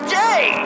day